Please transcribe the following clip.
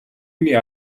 үүний